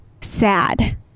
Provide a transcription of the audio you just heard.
sad